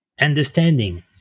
understanding